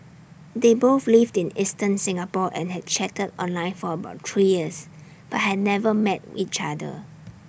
they both lived in eastern Singapore and had chatted online for about three years but had never met each other